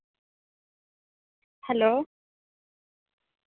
hello